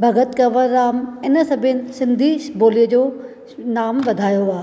भगत कवरराम हिन सभिनि सिंधी बोलीअ जो नाम वधायो आ